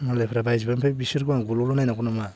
मालायफ्रा बायजोबबाय आमफाय बिसोरखौ आं गल' ल' नायनांगौ नामा